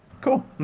Cool